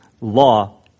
law